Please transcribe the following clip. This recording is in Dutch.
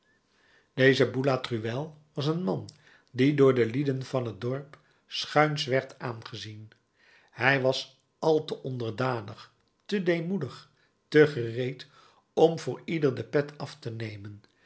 deze boulatruelle was een man die door de lieden van het dorp schuins werd aangezien hij was al te onderdanig te deemoedig te gereed om voor ieder de pet af te nemen